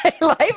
Life